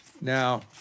Now